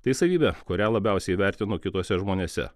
tai savybė kurią labiausiai vertinu kituose žmonėse